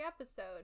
episode